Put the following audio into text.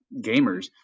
gamers